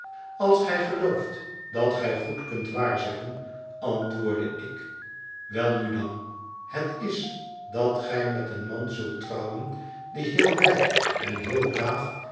als gij gelooft dat gij goed kunt waarzeggen antwoordde ik welnu dan het is dat gij met een man zult trouwen die heel rijk en heel braaf